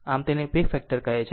આમ તેને peak factor કહે છે